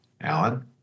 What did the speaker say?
Alan